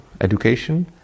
education